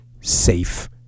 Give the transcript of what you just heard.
safe